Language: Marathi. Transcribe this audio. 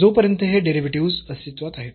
जोपर्यंत हे डेरिव्हेटिव्हस् अस्तित्वात आहेत